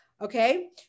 Okay